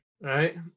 right